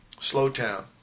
Slowtown